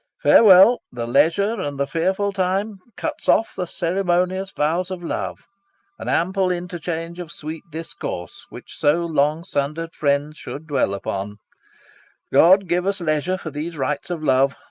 farewell the leisure and the fearful time cuts off the ceremonious vows of love and ample interchange of sweet discourse, which so-long-sunder'd friends should dwell upon god give us leisure for these rites of love!